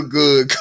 good